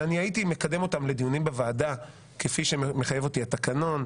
אלא אני הייתי מקדם אותם לדיונים בוועדה כפי שמחייב אותי התקנון,